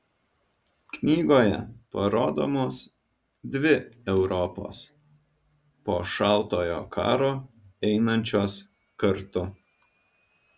knygoje parodomos dvi europos po šaltojo karo einančios kartu